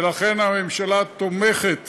ולכן הממשלה תומכת